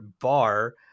bar